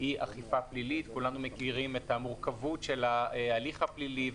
היא אכיפה פלילית וכולנו מכירים את המורכבות של ההליך הפלילי,